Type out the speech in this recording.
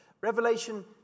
Revelation